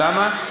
למה?